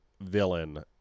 villain